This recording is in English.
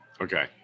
Okay